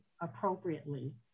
appropriately